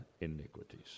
iniquities